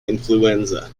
influenza